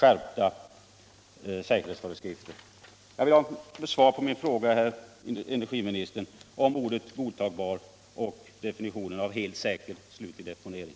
omöjliga odefinierade säkerhetsföreskrifter. Jag vill ha svar på mina frågor, herr energiminister. Vad innebär ”godtagbart” och ”helt säker slutlig deponering”?